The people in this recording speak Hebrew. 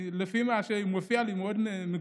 לפי מה שמופיע לי, זה מאוד מגוחך,